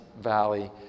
valley